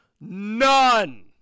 None